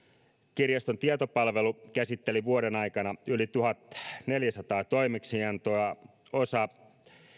kirjaston tietopalvelu käsitteli vuoden aikana yli tuhatneljäsataa toimeksiantoa osa